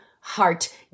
heart